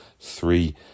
three